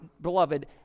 beloved